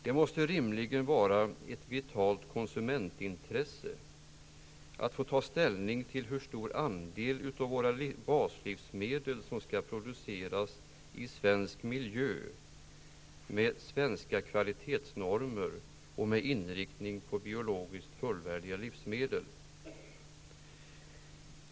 Det måste rimligen vara ett vitalt konsumentintresse att få ta ställning till hur stor andel av våra baslivsmedel som skall produceras i svensk miljö, med svenska kvalitetsnormer och med inriktning på biologiskt fullvärdiga livsmedel.